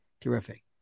Terrific